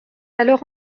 alors